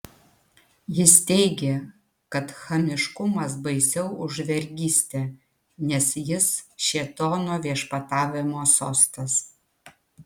jis teigė kad chamiškumas baisiau už vergystę nes jis šėtono viešpatavimo sostas